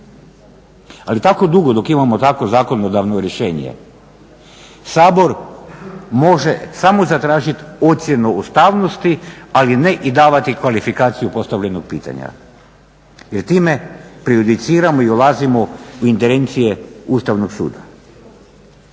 ali tako dugo dok imamo takvo zakonodavno rješenje Sabor može samo zatražiti ocjenu ustavnosti, ali ne i davati kvalifikaciju postavljenog pitanja jer time prejudiciramo i ulazimo u ingerencije Ustavnog suda.